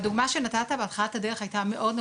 והדוגמא שנתת בהתחלת הדרך היתה מאוד נכונה,